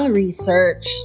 research